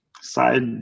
side